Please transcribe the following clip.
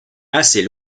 assez